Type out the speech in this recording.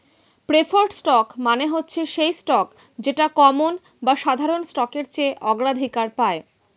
preferred stock মানে হচ্ছে সেই স্টক যেটা কমন বা সাধারণ স্টকের চেয়ে অগ্রাধিকার পায়